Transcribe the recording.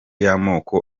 y’amoko